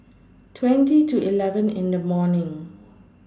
twenty to eleven in The morning